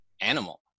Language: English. animal